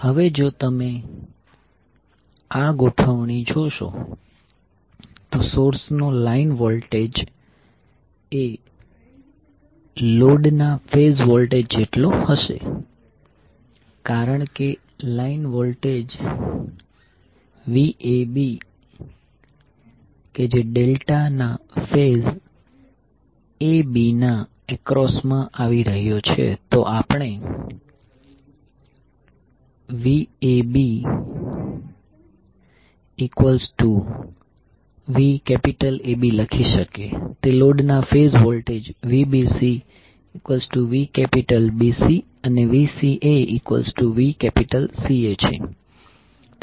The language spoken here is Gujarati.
હવે જો તમે આ ગોઠવણી જોશો તો સોર્સનો લાઇન વોલ્ટેજ લોડના ફેઝ વોલ્ટેજ જેટલો હશે કારણ કે લાઈન વોલ્ટેજ Vab કે જે ડેલ્ટા ના ફેઝ AB ના અક્રોસમાં આવી રહ્યો છે તો આપણે VabVABલખી શકીએ તે લોડના ફેઝ વોલ્ટેજ VbcVBC અને VcaVCA છે